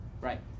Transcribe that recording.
Right